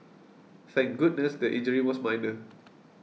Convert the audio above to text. thank goodness the injury was minor